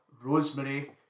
Rosemary